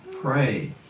pray